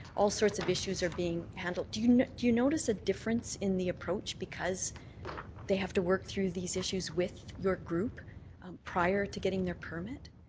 all sorts of issues are being handled. do you know do you notice a difference in the approach because they have to work through these issues with your group prior to getting their permit?